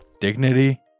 dignity